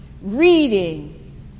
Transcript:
reading